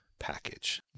package